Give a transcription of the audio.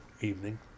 evening